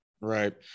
Right